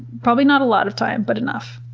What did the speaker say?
probably not a lot of time but enough.